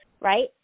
right